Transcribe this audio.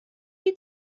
die